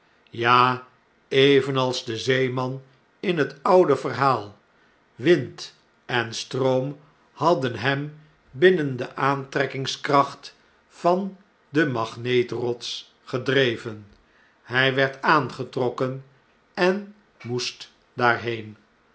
ja evenals de zeemau in het oude verhaal wind en stroom hadden hem binnen de aantrekkingskracht van de magneet rots gedreven hy werd aangetrokken en moest daarheen